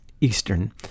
Eastern